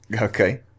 okay